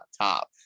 top